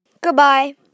Goodbye